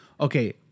Okay